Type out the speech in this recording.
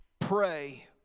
pray